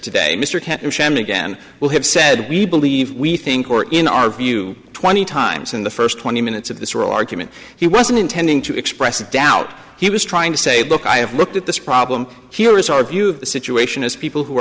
chairman again will have said we believe we think or in our view twenty times in the first twenty minutes of this real argument he wasn't intending to express a doubt he was trying to say look i have looked at this problem here is our view of the situation is people who are